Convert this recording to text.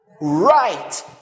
right